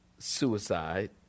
suicide